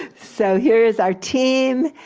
so here is our team,